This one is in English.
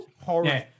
horrible